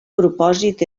propòsit